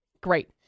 Great